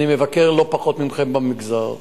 אני מבקר לא פחות מכם במגזר.